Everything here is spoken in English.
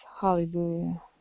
Hallelujah